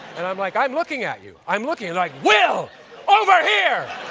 and i'm like, i'm looking at you. i'm looking. like will! over here!